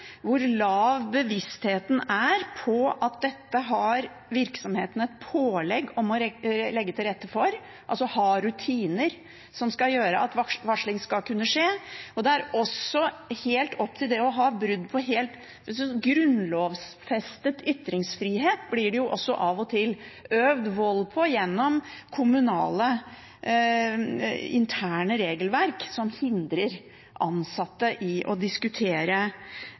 hvor lav bevissthet det er om at dette har virksomhetene pålegg om å legge til rette for, altså å ha rutiner som gjør at varsling skal kunne skje. Det gjelder helt opp til brudd på grunnlovfestet ytringsfrihet. Den blir det også av og til øvd vold mot gjennom kommunale interne regelverk som hindrer ansatte i å diskutere